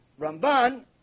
Ramban